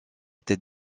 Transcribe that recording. tête